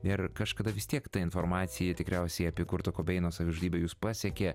ir kažkada vis tiek ta informacija tikriausiai apie kurto kobeino savižudybę jus pasiekė